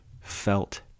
felt